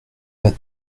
pas